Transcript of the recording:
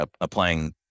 applying